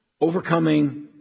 Overcoming